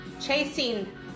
chasing